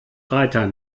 reiter